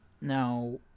Now